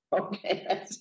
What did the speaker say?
Okay